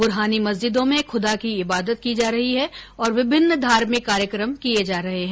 बुरहानी मस्जिदों में खुदा की इबादत की जा रही है और विभिन्न धार्मिक कार्यक्रम किये जा रहे है